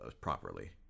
properly